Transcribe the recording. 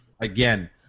again